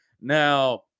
Now